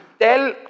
tell